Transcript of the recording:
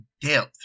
depth